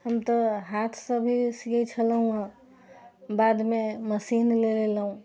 हम तऽ हाथसँ भी सियै छलहुॅं बादमे मशीन लऽ लेलहुॅं